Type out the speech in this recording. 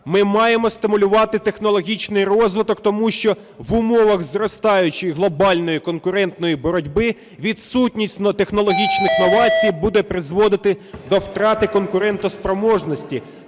Ми маємо стимулювати технологічний розвиток, тому що в умовах зростаючої глобальної конкурентної боротьби відсутність технологічних новацій буде призводити до втрати конкурентоспроможності,